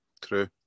True